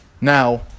Now